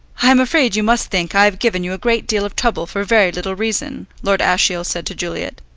i am afraid you must think i have given you a great deal of trouble for very little reason, lord ashiel said to juliet.